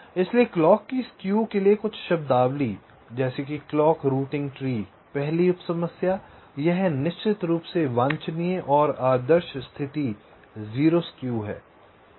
इसलिए क्लॉक की स्क्यू के लिए कुछ शब्दावली क्लॉक रूटिंग ट्री पहली उप समस्या यह निश्चित रूप से वांछनीय और आदर्श स्थिति 0 स्क्यू है